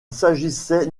s’agissait